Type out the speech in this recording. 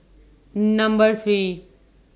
Number three